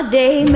day